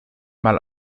mal